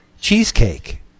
cheesecake